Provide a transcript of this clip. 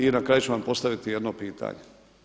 I na kraju ću vam postaviti jedno pitanje.